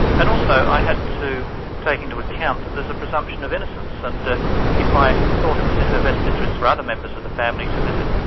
and also i had to take into account that there's a presumption of innocence, and if i thought it was in her best interests for other members of the family to visit,